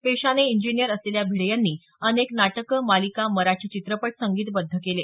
पेशाने इंजिनिअर असलेल्या भिडे यांनी अनेक नाटकं मालिका मराठी चित्रपट संगीतबद्ध केले